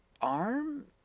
arm